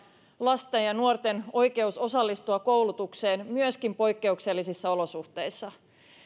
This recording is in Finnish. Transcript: lasten ja nuorten oikeuden osallistua koulutukseen myöskin poikkeuksellisissa olosuhteissa